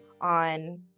on